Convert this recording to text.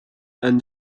and